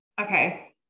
Okay